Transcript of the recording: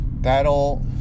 that'll